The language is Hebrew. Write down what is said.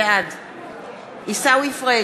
בעד עיסאווי פריג'